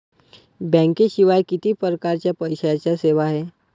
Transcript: बँकेशिवाय किती परकारच्या पैशांच्या सेवा हाय?